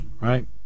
right